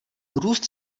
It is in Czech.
růst